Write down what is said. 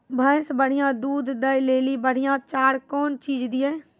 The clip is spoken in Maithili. भैंस बढ़िया दूध दऽ ले ली बढ़िया चार कौन चीज दिए?